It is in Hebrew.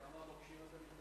כמה מוקשים אתה מתכוון